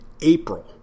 April